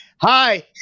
hi